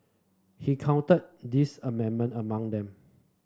he counted this amendment among them